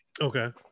okay